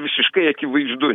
visiškai akivaizdu